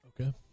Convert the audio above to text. Okay